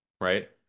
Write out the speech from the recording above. Right